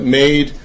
made